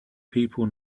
people